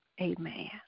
Amen